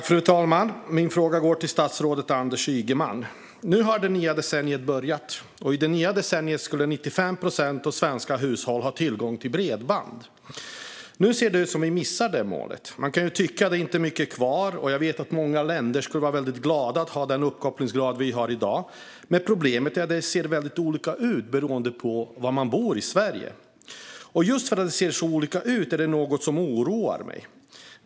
Fru talman! Min fråga går till statsrådet Anders Ygeman. Nu har det nya decenniet börjat, och i det nya decenniet skulle 95 procent av svenska hushåll ha tillgång till bredband. Nu ser det ut som att vi missar det målet. Man kan tycka att det inte är mycket kvar - jag vet att många länder skulle vara väldigt glada över att ha den uppkopplingsgrad som vi har i dag - men problemet är att det ser olika ut beroende på var man bor i Sverige. Just att det ser så olika ut oroar mig.